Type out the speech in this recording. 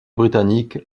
britannique